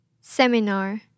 Seminar